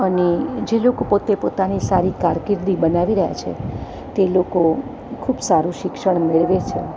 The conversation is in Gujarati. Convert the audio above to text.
અને જે લોકો પોતે પોતાની સારી કારકિર્દી બનાવી રહ્યા છે તે લોકો ખૂબ સારું શિક્ષણ મેળવે છે